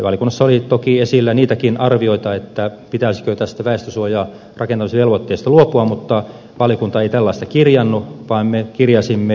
valiokunnassa oli toki esillä niitäkin arvioita että pitäisikö tästä väestönsuojien rakentamisvelvoitteesta luopua mutta valiokunta ei tällaista kirjannut vaan me kirjasimme seuraavaa